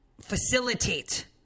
facilitate